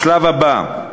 השלב הבא,